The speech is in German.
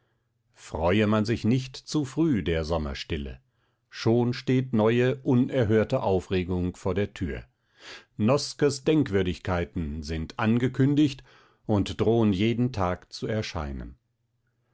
freue man sich nicht zu früh der sommerstille schon steht neue unerhörte aufregung vor der tür noskes denkwürdigkeiten sind angekündigt und drohen jeden tag zu erscheinen